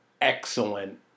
excellent